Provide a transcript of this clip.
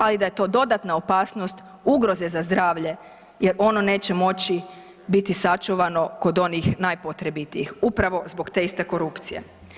Ali da je to dodatna opasnost ugroze za zdravlje, jer ono neće moći biti sačuvano kod onih najpotrebitijih upravo zbog te iste korupcije.